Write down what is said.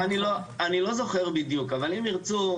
אני לא זכור בדיוק אבל אם תרצו,